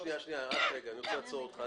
רק רגע, אני רוצה לעצור אותך.